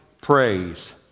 praise